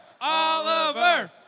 Oliver